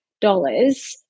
dollars